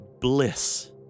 bliss